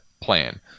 plan